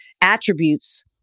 attributes